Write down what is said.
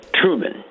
Truman